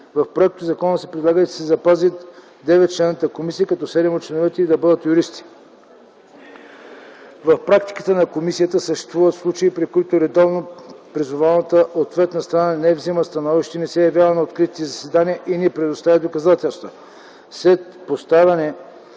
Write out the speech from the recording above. В законопроекта се предлага да се запази деветчленната комисия, като седем от членовете й да бъдат юристи. В практиката на комисията съществуват случаи, при които редовно призованата ответна страна не взема становище, не се явява на откритите заседания и не предоставя доказателства. След постановяване